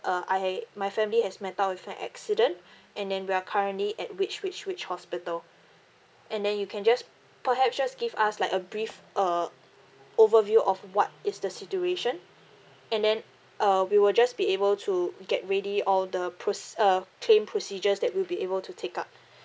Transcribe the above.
uh I my family has met out with an accident and then we are currently at which which which hospital and then you can just perhaps just give us like a brief uh overview of what is the situation and then uh we will just be able to get ready all the process uh claim procedures that we'll be able to take up